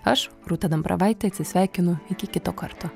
aš rūta dambravaitė atsisveikinu iki kito karto